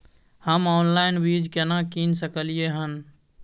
हम ऑनलाइन बीज केना कीन सकलियै हन?